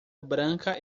branca